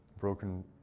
broken